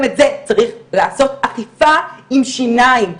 גם את זה צריך לעשות, אכיפה עם שיניים.